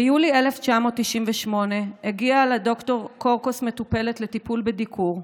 ביולי 1998 הגיעה לד"ר קורקוס מטופלת לטיפול בדיקור.